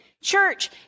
church